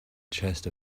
chest